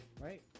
Right